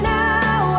now